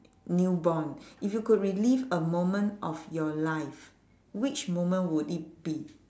newborn if you could relive a moment of your life which moment would it be